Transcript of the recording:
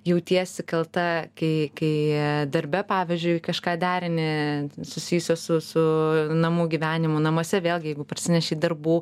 jautiesi kalta kai kai darbe pavyzdžiui kažką derini susijusio su su namų gyvenimu namuose vėlgi jeigu parsinešei darbų